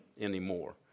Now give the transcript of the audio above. anymore